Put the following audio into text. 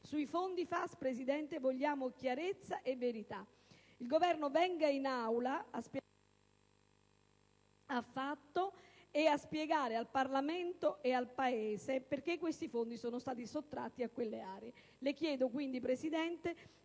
Sui fondi FAS vogliamo chiarezza e verità. Il Governo venga in Aula a spiegare al Parlamento e al Paese perché questi fondi sono stati sottratti a quelle aree. Signor Presidente,